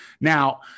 Now